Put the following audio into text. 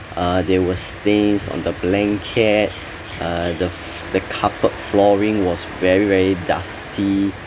uh there were stains on the blanket uh the f~ the carpet flooring was very very dusty